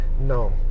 No